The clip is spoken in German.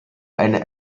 eine